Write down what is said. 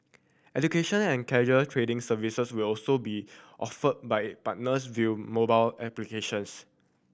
education and casual trading services will also be offered by it partners via mobile applications